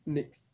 next